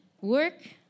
work